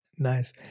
Nice